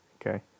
Okay